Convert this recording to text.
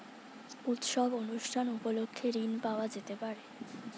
উৎসব অনুষ্ঠান উপলক্ষে ঋণ পাওয়া যেতে পারে?